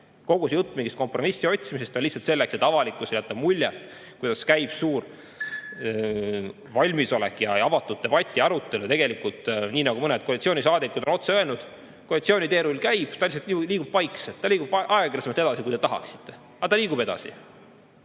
Kogu see jutt mingist kompromissi otsimisest on lihtsalt selleks, et avalikkusele jätta muljet, kuidas käib suur valmisolek ja avatud debatt ja arutelu. Tegelikult, nii nagu mõned koalitsioonisaadikud on otse öelnud, koalitsiooni teerull käib, ta lihtsalt liigub vaikselt, ta liigub aeglasemalt edasi, kui te tahaksite. Aga ta liigub edasi.